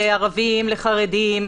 לערבים לחרדים,